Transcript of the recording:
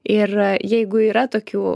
ir jeigu yra tokių